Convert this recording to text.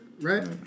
right